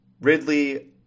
Ridley